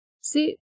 See